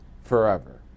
forever